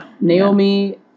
Naomi